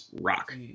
rock